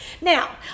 Now